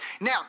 Now